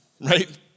right